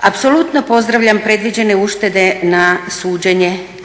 Apsolutno pozdravljam predviđene uštede